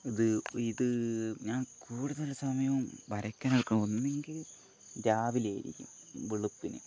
ഇത് ഇത് ഞാന് കൂട്തല് സമയവും വരയ്ക്കാൻ നിൽക്കണം എങ്കിൽ രാവിലെ ആയിരിക്കും വെളുപ്പിന്